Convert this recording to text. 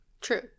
True